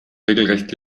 regelrecht